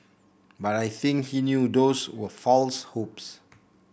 but I think he knew those were false hopes